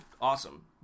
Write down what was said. awesome